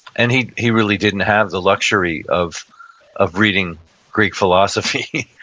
and he he really didn't have the luxury of of reading great philosophy.